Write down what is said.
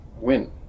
win